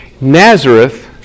Nazareth